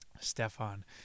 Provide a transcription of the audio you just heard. Stefan